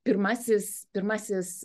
pirmasis pirmasis